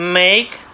make